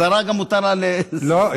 לשרה גם מותר, לא.